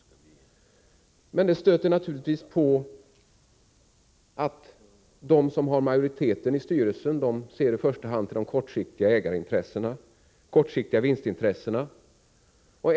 Men det stöter naturligtvis på patrull, eftersom majoriteten i styrelsen i första hand ser till de kortsiktiga vinstintressena.